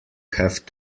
have